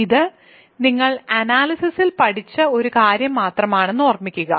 ഇത് നിങ്ങൾ അനാലിസിസിൽ പഠിച്ച ഒരു കാര്യം മാത്രമാണെന്ന് ഓർമ്മിക്കുക